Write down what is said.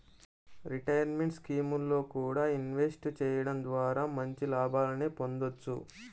retirement స్కీముల్లో కూడా invest చెయ్యడం ద్వారా మంచి లాభాలనే పొందొచ్చు